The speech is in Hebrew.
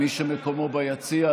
מי שמקומו ביציע,